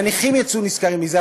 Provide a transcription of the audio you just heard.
הנכים יצאו נשכרים מזה,